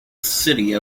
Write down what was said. city